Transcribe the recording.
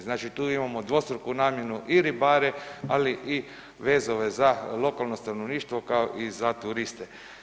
Znači tu imamo dvostruku namjernu i ribare, ali i vezove za lokalno stanovništvo kao i za turiste.